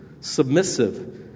submissive